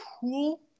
cool